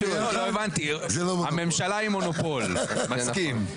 הממשלה היא מונופול, מסכים.